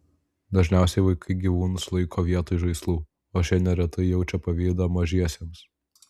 dažniausiai vaikai gyvūnus laiko vietoj žaislų o šie neretai jaučia pavydą mažiesiems